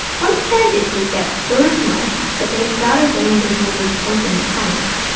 once transistors get so small that they start obeying the rules of quantum mechanics,